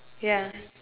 ya